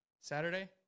Saturday